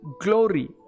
glory